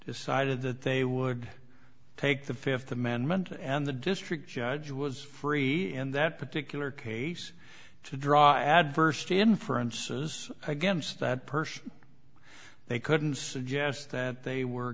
decided that they would take the fifth amendment and the district judge was free in that particular case to draw adverse inferences against that person they couldn't suggest that they were